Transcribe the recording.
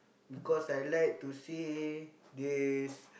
because I like to see this